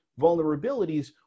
vulnerabilities